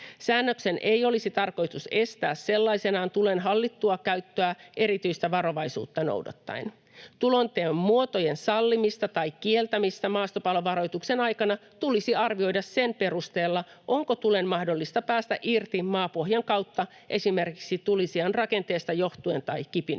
Säännöksen ei olisi tarkoitus estää sellaisenaan tulen hallittua käyttöä erityistä varovaisuutta noudattaen. Tulenteon muotojen sallimista tai kieltämistä maastopalovaroituksen aikana tulisi arvioida sen perusteella, onko tulen mahdollista päästä irti maapohjan kautta esimerkiksi tulisijan rakenteesta johtuen tai kipinöinnin